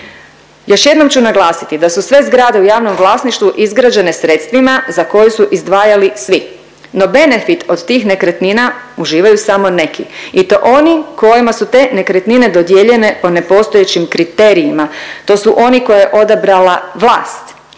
Još jednom ću naglasiti da su sve zgrade u javnom vlasništvu izgrađene sredstvima za koje su izdvajali svi, no benefit od tih nekretnina uživaju samo neki i to oni kojima su te nekretnine dodijeljene po nepostojećim kriterijima to su oni koje je odabrala vlast.